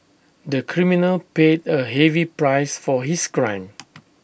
the criminal paid A heavy price for his crime